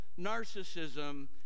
narcissism